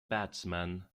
batsman